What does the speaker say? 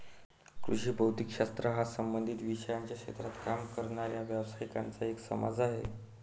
कृषी भौतिक शास्त्र हा संबंधित विषयांच्या क्षेत्रात काम करणाऱ्या व्यावसायिकांचा एक समाज आहे